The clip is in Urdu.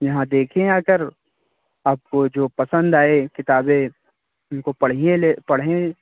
یہاں دیکھیں آ کر آپ کو جو پسند آئے کتابیں ان کو پڑھیے لے پڑھیں